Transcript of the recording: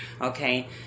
Okay